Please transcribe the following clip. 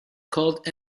called